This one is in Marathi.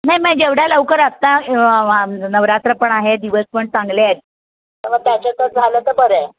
नाही नाही जेवढ्या लवकर आत्ता नवरात्र पण आहे दिवस पण चांगले आहेत तर मग त्याच्यात झालं तर बरं आहे